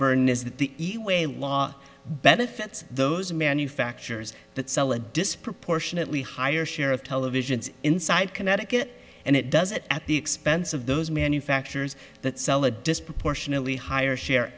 burn is the way law benefits those manufacturers that sell a disproportionately higher share of televisions inside connecticut and it does it at the expense of those manufacturers that sell a disproportionately higher share